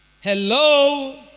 Hello